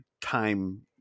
time